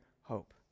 hope